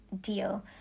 deal